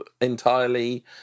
entirely